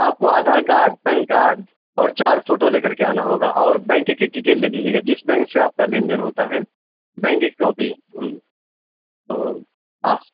آپ کو Aadhaar card PAN card اور چار فوٹو لے کر کے آنا ہوگا اور بینک کی ڈیٹیل دے دیجیے گا جس بینک سے آپ کا لین دین ہوتا ہے بینک کی کاپی ہوں تو آپ